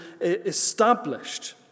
established